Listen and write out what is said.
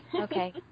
Okay